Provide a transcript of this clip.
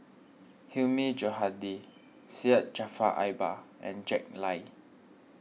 Hilmi Johandi Syed Jaafar Albar and Jack Lai